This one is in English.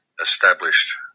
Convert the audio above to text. established